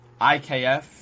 IKF